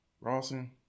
Rawson